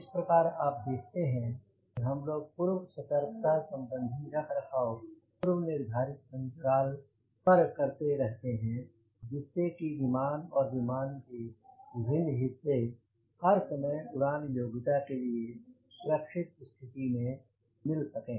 इस प्रकार आप देखते हैं कि हम लोग पूर्व सतर्कता संबंधी रखरखाव पूर्व निर्धारित अंतराल ऊपर करते रहते हैं जिससे कि विमान और विमान के विभिन्न हिस्से हर समय उड़ान योग्यता के लिए सुरक्षित स्थिति में मिल सके